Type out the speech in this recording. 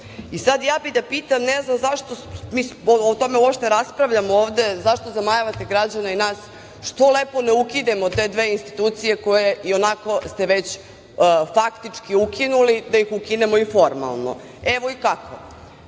Ja bih da pitam, ne znam zašto mi o tome uopšte raspravljamo ovde, zašto zamajavate građane i nas? Zašto lepo ne ukinemo te dve institucije koje ionako ste već faktički ukinuli, da ih ukinemo i formalno? Evo i